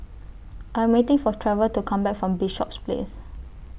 I'm waiting For Trever to Come Back from Bishops Place